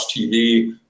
TV